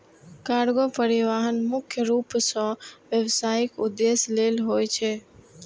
cargo परिवहन मुख्य रूप सं व्यावसायिक उद्देश्य लेल होइ छै